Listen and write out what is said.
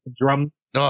drums